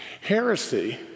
Heresy